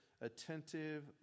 attentive